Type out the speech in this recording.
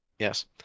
Yes